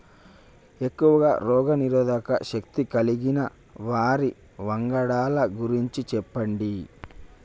ఎక్కువ రోగనిరోధక శక్తి కలిగిన వరి వంగడాల గురించి చెప్పండి?